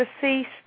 deceased